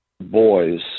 boys